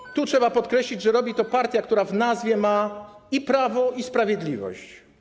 I tu trzeba podkreślić, że robi to partia, która w nazwie ma i prawo, i sprawiedliwość.